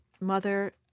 mother